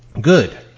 good